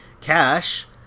Cash